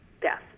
death